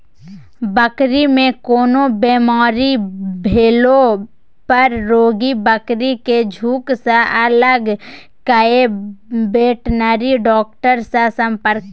बकरी मे कोनो बेमारी भेला पर रोगी बकरी केँ झुँड सँ अलग कए बेटनरी डाक्टर सँ संपर्क करु